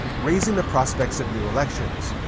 raising the prospects of new elections.